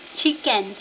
chicken